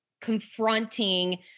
confronting